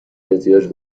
احتیاج